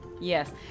Yes